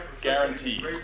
guaranteed